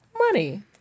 money